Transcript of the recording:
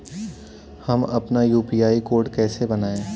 हम अपना UPI code कैसे बनाएँ?